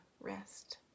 rest